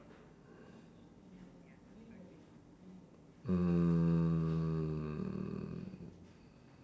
mm